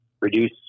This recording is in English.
reduce